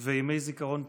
וימי זיכרון פרטים,